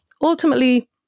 ultimately